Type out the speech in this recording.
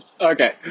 okay